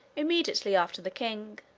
immediately after the king.